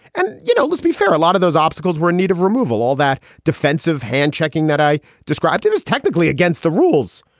and you know, let's be fair, a lot of those obstacles were native removal, all that defensive hand checking that i described that was technically against the rules.